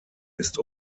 ist